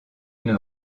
une